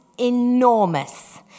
enormous